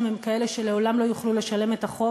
הם כאלה שלעולם לא יוכלו לשלם את החוב,